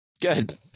Good